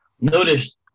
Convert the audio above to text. notice